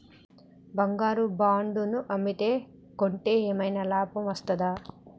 బంగారు బాండు ను అమ్మితే కొంటే ఏమైనా లాభం వస్తదా?